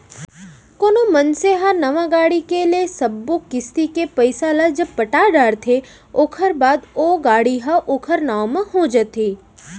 कोनो मनसे ह नवा गाड़ी के ले सब्बो किस्ती के पइसा ल जब पटा डरथे ओखर बाद ओ गाड़ी ह ओखर नांव म हो जाथे